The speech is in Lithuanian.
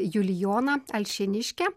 julijona alšėniške